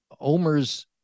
Omer's